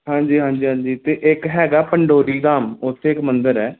ਹਾਂਜੀ ਹਾਂਜੀ ਹਾਂਜੀ ਤੇ ਇੱਕ ਹੈਗਾ ਪੰਡੋਰੀ ਧਾਮ ਉੱਥੇ ਇੱਕ ਮੰਦਰ ਹੈ